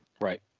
Right